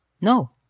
no